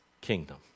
kingdom